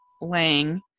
Lang